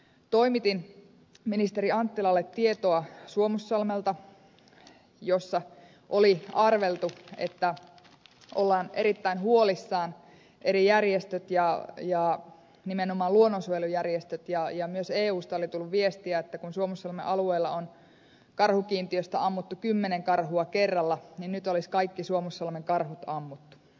toimitin ministeri anttilalle suomussalmelta tietoa jossa oli arveltu että eri järjestöt ja nimenomaan luonnonsuojelujärjestöt ovat erittäin huolissaan ja tähän liittyen myös eusta oli tullut viestiä että kun suomussalmen alueella on karhukiintiöstä ammuttu kymmenen karhua kerralla niin nyt olisi kaikki suomussalmen karhut ammuttu